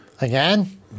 Again